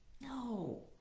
No